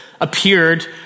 appeared